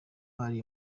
hari